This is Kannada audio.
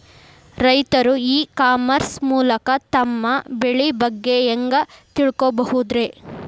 ರೈತರು ಇ ಕಾಮರ್ಸ್ ಮೂಲಕ ತಮ್ಮ ಬೆಳಿ ಬಗ್ಗೆ ಹ್ಯಾಂಗ ತಿಳ್ಕೊಬಹುದ್ರೇ?